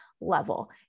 level